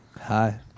hi